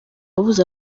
yabuze